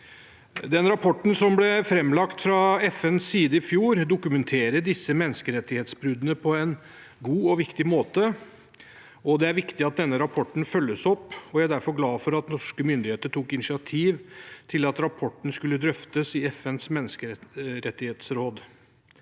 Den rapporten som ble framlagt fra FNs side i fjor, dokumenterer disse menneskerettighetsbruddene på en god og viktig måte. Det er viktig at denne rapporten følges opp, og jeg er derfor glad for at norske myndigheter tok initiativ til at rapporten skulle drøftes i FNs menneskerettighetsråd.